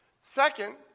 Second